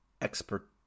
expert